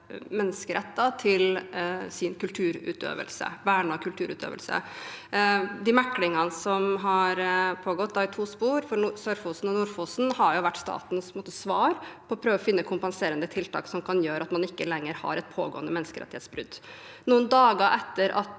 menneskerett til vernet kulturutøvelse. De meklingene som har pågått i to spor, for Sør-Fosen og Nord-Fosen, har vært statens svar på å prøve å finne kompenserende tiltak som kan gjøre at man ikke lenger har et pågående menneskerettighetsbrudd. Noen dager etter at